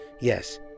Yes